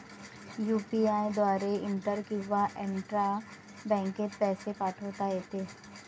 UPI द्वारे inter किंवा intra बँकेत पैसे पाठवता येते